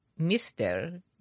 Mr